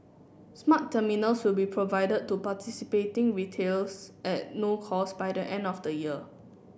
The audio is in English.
smart terminals will be provided to participating retailers at no cost by the end of the year